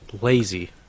lazy